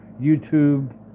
YouTube